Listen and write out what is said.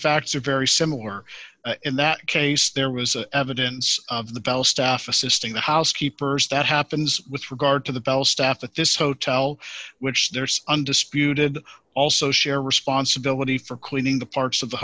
facts are very similar in that case there was a evidence of the bell staff assisting the housekeepers that happens with regard to the bell staff at this hotel which there's undisputed also share responsibility for cleaning the parts of the